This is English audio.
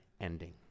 ending